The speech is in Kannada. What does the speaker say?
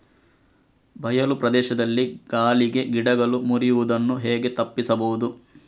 ಬಯಲು ಪ್ರದೇಶದಲ್ಲಿ ಗಾಳಿಗೆ ಗಿಡಗಳು ಮುರಿಯುದನ್ನು ಹೇಗೆ ತಪ್ಪಿಸಬಹುದು?